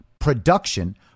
production